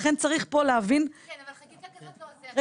כן, אבל חקיקה כזאת לא עוזרת,